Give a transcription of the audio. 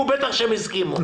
לפי מה שמוצע,